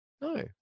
no